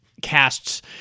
Casts